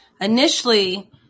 initially